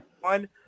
One